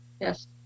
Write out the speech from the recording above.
Yes